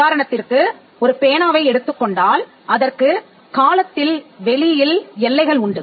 உதாரணத்திற்கு ஒரு பேனாவை எடுத்துக் கொண்டால் அதற்கு காலத்தில் வெளியில் எல்லைகள் உண்டு